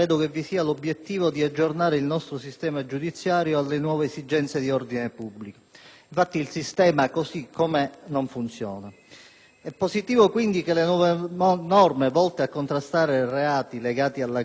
Infatti, il sistema così com'è non funziona. È positivo quindi che le nuove norme volte a contrastare reati legati alla criminalità organizzata e ad apprestare strumenti di tutela per gli anziani, gli handicappati ed i minori